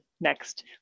next